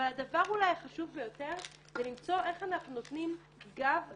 ואולי הדבר החשוב ביותר זה למצוא איך אנחנו נותנים גב למתלוננות.